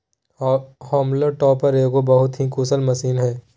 haulm topper एगो बहुत ही कुशल मशीन हइ